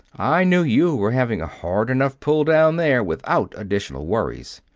i knew you were having a hard-enough pull down there without additional worries.